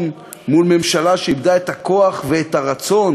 מול ממשלה שאיבדה את הכוח ואת הרצון